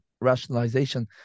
rationalization